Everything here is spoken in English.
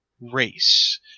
race